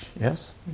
Yes